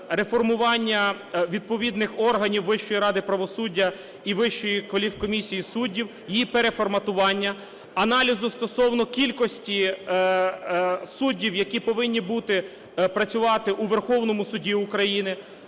реформування відповідних органів Вищої ради правосуддя і Вищої кваліфкомісії суддів: її переформатування, аналізу стосовно кількості суддів, які повинні бути, працювати у Верховному Суді України.